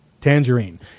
Tangerine